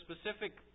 specific